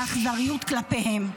באכזריות כלפיהם.